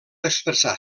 expressar